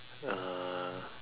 uh